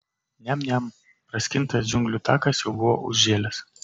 niam niam praskintas džiunglių takas jau buvo užžėlęs